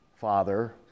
father